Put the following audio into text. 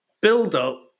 build-up